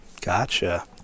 Gotcha